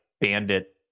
bandit